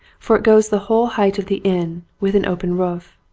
for it goes the whole height of the inn, with an open roof.